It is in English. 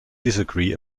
disagree